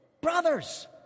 Brothers